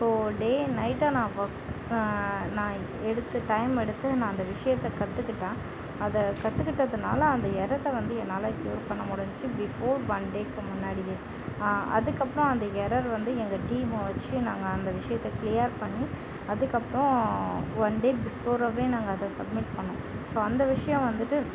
whole day நைட்டாக நான் work நான் எடுத்து டைம் எடுத்து நான் அந்த விசயத்தை கத்துக்கிட்டேன் அதைக் கத்துக்கிட்டதினால அந்த எரரில் வந்து என்னால் க்யூர் பண்ண முடிஞ்சிச்சு பிஃபோர் ஒன் டேக்கு முன்னாடியே அதுக்கப்புறம் அந்த எரர் வந்து எங்கள் டீமை வச்சு நாங்கள் அந்த விசயத்தைக் கிளீயர் பண்ணி அதுக்கப்றோம் ஒன்டே பிஃபோராகவே அதை சப்மிட் பண்ணோம் ஸோ அந்த விஷயம் வந்துட்டு